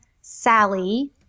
Sally